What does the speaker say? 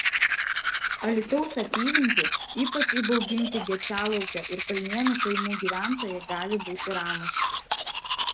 alytaus apylinkių ypač įbauginti gečialaukio ir kalnėnų kaimų gyventojai gali būti ramūs